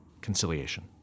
conciliation